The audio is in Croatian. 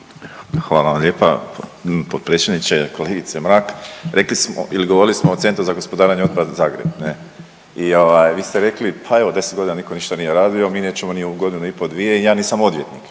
Hvala vam lijepa potpredsjedniče. Kolegice Mrak rekli smo ili govorili smo o Centru za gospodarenje otpada Zagreb ne i ovaj vi ste rekli pa evo 10 godina nitko ništa nije radio, mi nećemo ni ovu godinu i po, dvije i ja nisam odvjetnik,